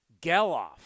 Geloff